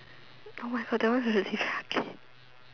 my God that one is really very ugly